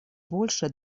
больше